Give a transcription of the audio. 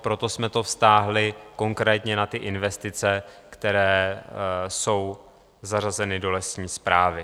Proto jsme to vztáhli konkrétně na ty investice, které jsou zařazeny do lesní správy.